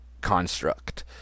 construct